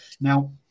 now